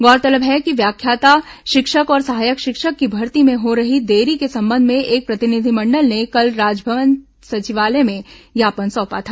गौरतलब है कि व्याख्याता शिक्षक और सहायक शिक्षक की भर्ती में हो रही देरी के संबंध में एक प्रतिनिधिमंडल ने कल राजभवन सचिवालय में ज्ञापन सौंपा था